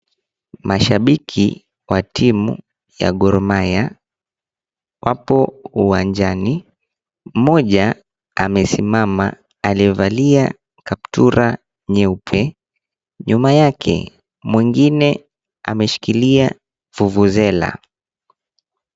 Mashabiki wa timu ya Gor Mahia wapo uwanjani. Mmoja amesimama aliyevalia kaptura nyeupe. Nyuma yake mwingine ameshikilia vuvuzela.